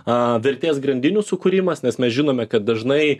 a vertės grandinių sukūrimas nes mes žinome kad dažnai